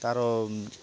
ତାର